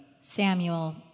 Samuel